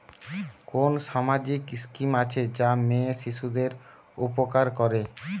কোন সামাজিক স্কিম আছে যা মেয়ে শিশুদের উপকার করে?